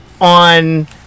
on